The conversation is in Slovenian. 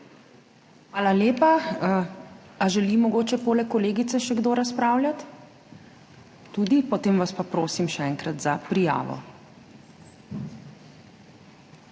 Hvala lepa. Želi mogoče poleg kolegice še kdo razpravljati? Da. Potem vas pa prosim še enkrat za prijavo.